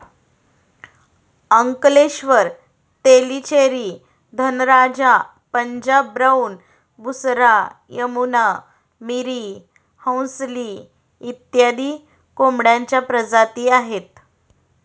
Ankleshwar, Tellicherry, Dhanraja, Punjab brown, Busra, Yamuna, Miri, Hansli इत्यादी कोंबड्यांच्या प्रजाती आहेत